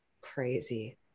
crazy